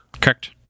correct